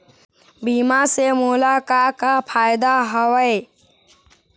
बीमा से मोला का का फायदा हवए?